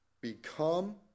Become